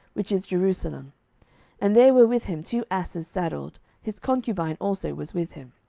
which is jerusalem and there were with him two asses saddled, his concubine also was with him.